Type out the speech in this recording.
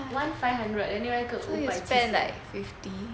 one five hundred then the other one 五百七十